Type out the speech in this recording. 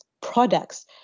products